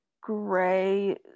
Gray